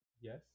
Yes